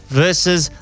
versus